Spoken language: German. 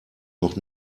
noch